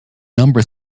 number